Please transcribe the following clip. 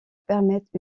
permettent